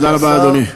תודה רבה, אדוני.